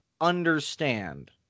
understand